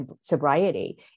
sobriety